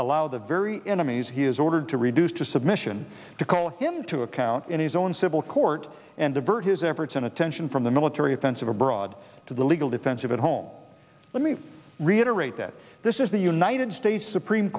allow the very enemies he is ordered to reduce to submission to call him to account in his own civil court and divert his efforts and attention from the military offensive abroad to the legal defense of it home let me reiterate that this is the united states supreme